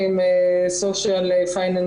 ועם סוגיית בוחנים עם ביטוח לאומי,